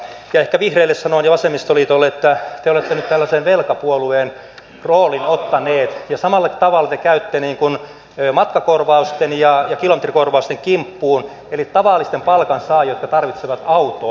ehkä vihreille ja vasemmistoliitolle sanon että te olette nyt tällaisen velkapuolueen roolin ottaneet ja samalla tavalla te käytte matkakorvausten ja kilometrikorvausten kimppuun eli tavallisten palkansaajien jotka tarvitsevat autoa